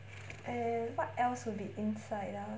and what else will be inside ah